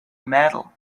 metal